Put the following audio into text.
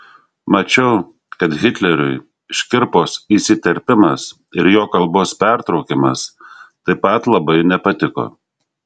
mačiau kad hitleriui škirpos įsiterpimas ir jo kalbos pertraukimas taip pat labai nepatiko